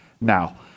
Now